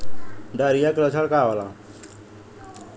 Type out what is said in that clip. Diarrhoea के लक्षण का होला?